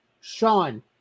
Sean